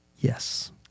Yes